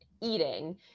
eating